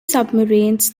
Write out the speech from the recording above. submarines